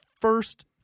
first